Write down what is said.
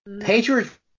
Patriots